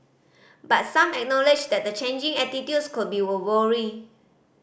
but some acknowledged that the changing attitudes could be a worry